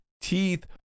teeth